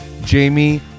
Jamie